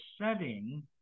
setting